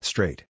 Straight